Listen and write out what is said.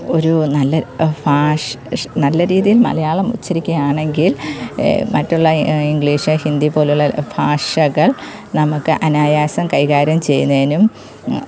ഒരു നല്ല ഭാഷ നല്ല രീതിയിൽ മലയാളം ഉച്ചരിക്കയാണെങ്കിൽ മറ്റുള്ള ഇംഗ്ലീഷ് ഹിന്ദി പോലുള്ള ഭാഷകൾ നമുക്ക് അനായാസം കൈകാര്യം ചെയ്യുന്നതിനും